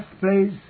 place